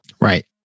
Right